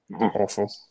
Awful